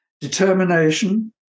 Determination